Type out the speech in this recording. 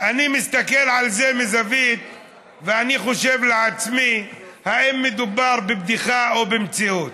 אני מסתכל על זה ואני חושב לעצמי אם מדובר בבדיחה או במציאות.